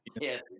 yes